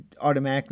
automatically